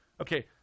Okay